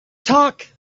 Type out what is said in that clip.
talk